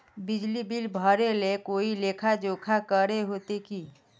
बिजली बिल भरे ले कोई लेखा जोखा करे होते की?